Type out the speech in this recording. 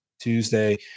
Tuesday